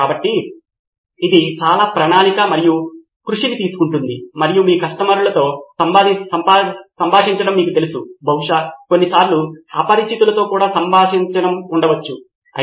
కనుక ఇది ఒక మార్గం కావచ్చు లేదా వీడియో మధ్య పాజ్ చేయబడింది వారు స్కోర్ చేసే శీఘ్ర పరీక్ష ఉంటుంది ఇక్కడ పూర్తిగా నా ఉద్దేశ్యం ఏమిటంటే ఎవరూ వాటిని వర్గీకరణ చేయడం లేదు వారు ఎంత స్కోరు కలిగి ఉన్నారో తెలుసుకోవడానికి ఎవరూ గుర్తించడం లేదు